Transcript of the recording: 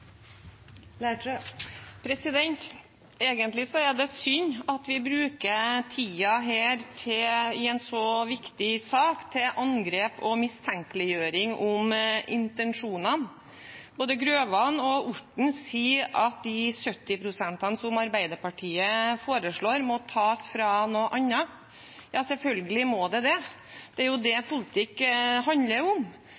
Egentlig er det synd at vi bruker tiden her i en så viktig sak til angrep og til mistenkeliggjøring om intensjonene. Både representanten Grøvan og representanten Orten sier at de 70 pst. som Arbeiderpartiet foreslår, må tas fra noe annet. Ja, selvfølgelig må de det, det er jo det